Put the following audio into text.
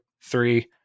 three